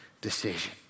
decision